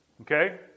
Okay